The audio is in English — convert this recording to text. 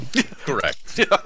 Correct